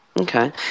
Okay